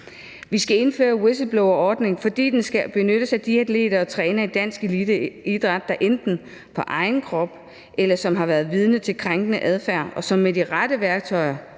Vi skal indføre en whistleblowerordning, fordi den skal benyttes af de atleter og trænere i dansk eliteidræt, der enten på egen krop har oplevet eller har været vidne til krænkende adfærd, og som med de rette værktøjer